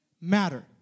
matter